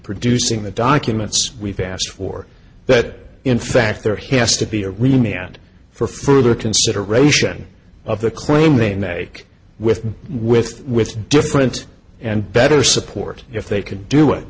producing the documents we've asked for that in fact there has to be a really and for further consideration of the claim they make with with with different and better support if they could do it